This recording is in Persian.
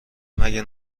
مگه